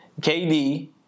KD